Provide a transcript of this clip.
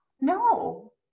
No